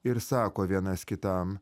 ir sako vienas kitam